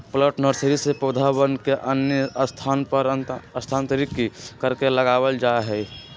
plant nursery से पौधवन के अन्य स्थान पर स्थानांतरित करके लगावल जाहई